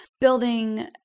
Building